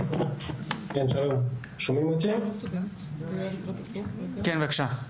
גוטשל, בבקשה.